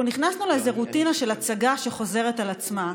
אנחנו נכנסנו לאיזה רוטינה של הצגה שחוזרת על עצמה.